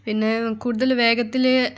പിന്നെ കൂടുതൽ വേഗത്തിൽ